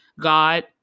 God